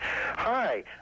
Hi